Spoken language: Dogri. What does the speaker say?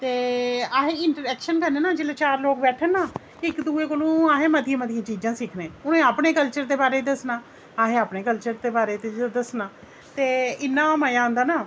ते अस इंटरऐक्शन करने न जिल्लै चार लोक बैठे इक दूए कोलूं अस मतियां मतियां चीजां सिक्खने उ'नें अपने कल्चर दे बारे च दस्सना असें अपने कल्चर दे बारे च दस्सना ते इन्ना मजा आंदा न